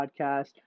Podcast